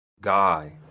guy